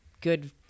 good